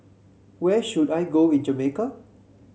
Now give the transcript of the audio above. where should I go in Jamaica